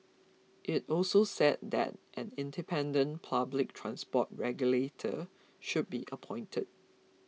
it also said that an independent public transport regulator should be appointed